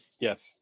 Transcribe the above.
Yes